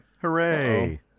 hooray